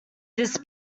this